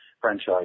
franchise